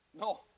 No